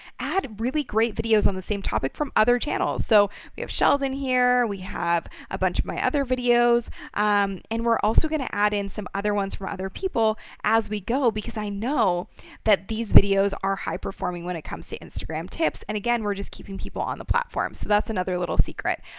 add really great videos on the same topic from other channels. so we have sheldon here, we have a bunch of my other videos um and we're also going to add in some other ones from other people as we go. because i know that these videos are high-performing when it comes to instagram tips. and again, we're just keeping people on the platform. so that's another little secret.